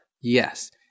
Yes